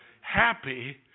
Happy